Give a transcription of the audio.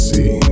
See